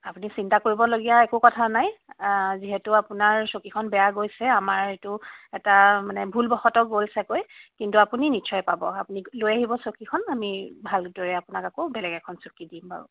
আপুনি চিন্তা কৰিবলগীয়া একো কথা নাই যিহেতু আপোনাৰ চকীখন বেয়া গৈছে আমাৰ এইটো এটা মানে ভুলবশতঃ গ'ল চাকৈ কিন্তু আপুনি নিশ্চয় পাব আপুনি লৈ আহিব চকীখন আমি ভালদৰে আপোনাক আকৌ বেলেগ এখন চকী দিম বাৰু